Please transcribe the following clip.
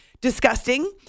disgusting